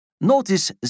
Notice